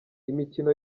imikino